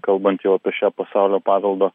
kalbant jau apie šią pasaulio paveldo